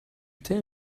tell